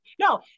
No